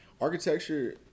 architecture